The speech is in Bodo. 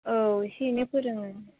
औ इसे एनै फोरोङो